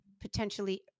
potentially